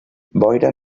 boira